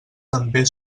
també